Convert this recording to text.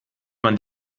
man